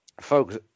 folks